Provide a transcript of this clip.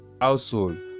household